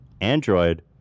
android